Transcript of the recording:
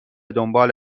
دنبال